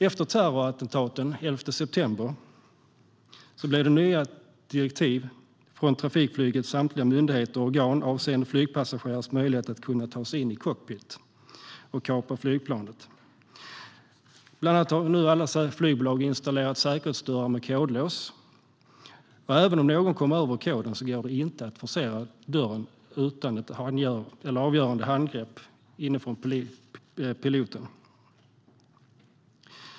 Efter terrorattentaten den 11 september blev det nya direktiv från trafikflygets samtliga myndigheter och organ avseende flygpassagerares möjligheter att kunna ta sig in i cockpit och kapa flygplanet. Bland annat har nu alla flygbolag installerat nya säkerhetsdörrar med kodlås, och även om någon kommer över koden går det inte att forcera dörren utan ett avgörande handgrepp från piloten.